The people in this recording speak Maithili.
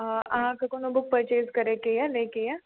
अहाँकेँ कोनो बुक परचेज करैके यऽ लै के यऽ